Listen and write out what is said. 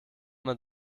man